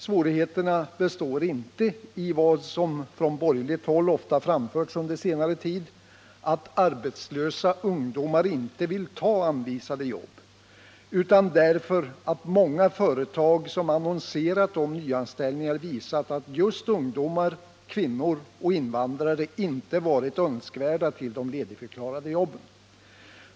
Svårigheterna består inte i att arbetslösa ungdomar inte vill ta anvisade jobb — något som från borgerligt håll ofta framförts under senare tid — utan de orsakas av att många företag som annonserat om nyanställningar visat att just ungdomar, kvinnor och invandrare inte varit önskvärda för de ledigförklarade jobben.